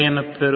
என பெறும்